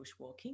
bushwalking